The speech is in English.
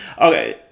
okay